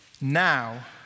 Now